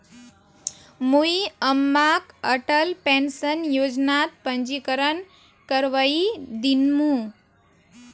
मुई अम्माक अटल पेंशन योजनात पंजीकरण करवइ दिमु